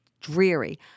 dreary